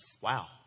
Wow